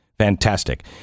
Fantastic